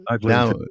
now